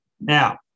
Now